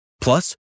Plus